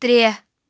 ترٛےٚ